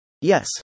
Yes